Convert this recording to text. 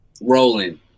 rolling